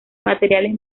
materiales